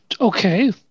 Okay